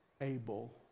Abel